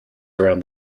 around